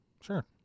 sure